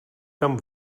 tam